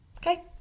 Okay